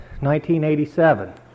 1987